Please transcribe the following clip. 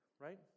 right